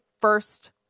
first